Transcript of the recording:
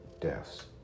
deaths